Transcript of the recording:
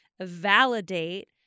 validate